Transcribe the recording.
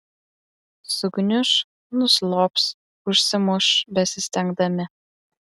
sugniuš nuslops užsimuš besistengdami